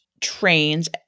trains